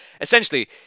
Essentially